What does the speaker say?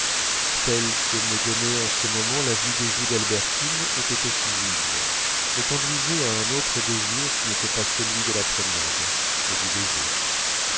celle que me donnait en ce moment la vue des joues d'albertine était aussi vive mais conduisait à un autre désir qui n'était pas celui de la promenade mais du baiser